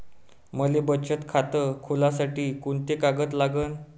मले बचत खातं खोलासाठी कोंते कागद लागन?